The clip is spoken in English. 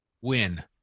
win